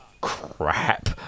crap